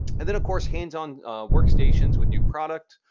and then of course hands-on workstations with new product,